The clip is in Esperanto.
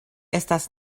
estas